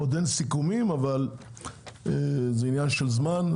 עוד אין סיכומים, אבל זה עניין של זמן.